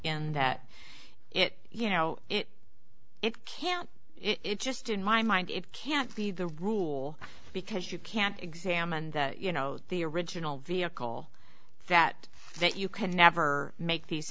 in that it you know it it can't it's just in my mind it can't be the rule because you can't examined you know the original vehicle that that you can never make these